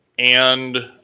and